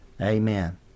Amen